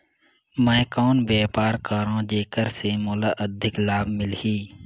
मैं कौन व्यापार करो जेकर से मोला अधिक लाभ मिलही?